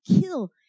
kill